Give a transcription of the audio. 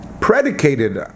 predicated